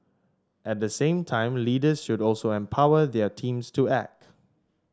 at the same time leaders should also empower their teams to act